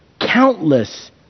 countless